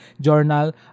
journal